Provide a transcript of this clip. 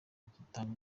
bidatanga